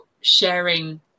sharing